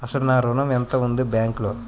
అసలు నా ఋణం ఎంతవుంది బ్యాంక్లో?